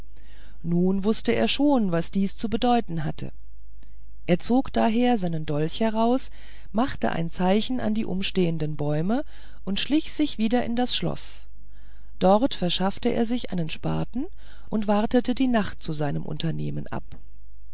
nun wußte er schon was dies zu bedeuten hatte er zog daher seinen dolch heraus machte ein zeichen in die umstehenden bäume und schlich sich wieder in das schloß dort verschaffte er sich einen spaten und wartete die nacht zu seinem unternehmen ab